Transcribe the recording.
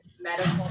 medical